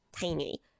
tiny